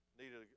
needed